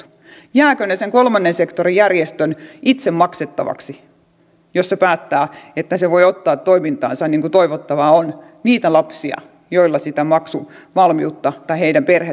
jäävätkö ne sen kolmannen sektorin järjestön itse maksettavaksi jos se päättää että se voi ottaa toimintaansa niin kuin toivottavaa on niitä lapsia tai niiden lasten perheitä joilla sitä maksuvalmiutta ei ole